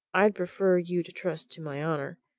i'd prefer you to trust to my honour.